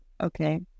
okay